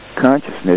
consciousness